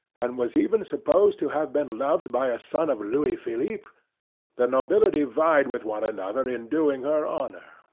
and was even supposed to have been loved by a son of louis-philippe, the nobility vied with one another in doing her honor,